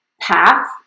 path